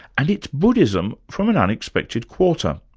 and it's buddhism from an unexpected quarter.